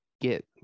get